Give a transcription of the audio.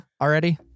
already